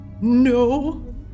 No